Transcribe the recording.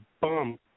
bum